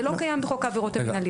זה לא קיים בחוק העבירות המינהליות.